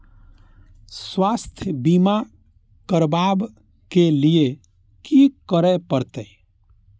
स्वास्थ्य बीमा करबाब के लीये की करै परतै?